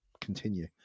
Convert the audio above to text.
continue